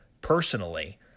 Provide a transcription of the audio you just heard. personally